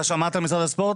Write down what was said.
אתה שמעת את משרד הספורט?